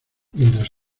mientras